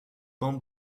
bandes